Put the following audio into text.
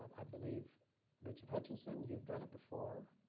um i believe regent hutchinson, you've done it before,